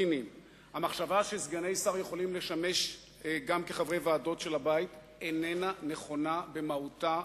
המחשבה שסגני שר יכולים לשמש גם חברי ועדות של הבית איננה נכונה במהותה,